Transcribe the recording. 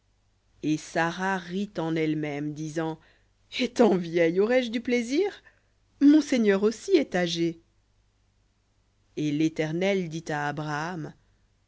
et sara rit en elle-même disant étant vieille aurai-je du plaisir mon seigneur aussi est âgé et l'éternel dit à abraham